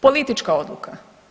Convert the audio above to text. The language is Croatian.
Politička odluka.